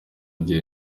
gihe